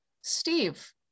Steve